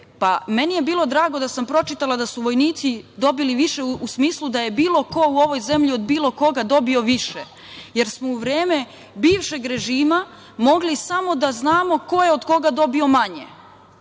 Meni je bilo drago da sam pročitala da su vojnici dobili više, u smislu da je bilo ko u ovoj zemlji od bilo koga dobio više, jer smo u vreme bivšeg režima mogli samo da znamo ko je od koga dobio manje